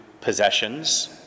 possessions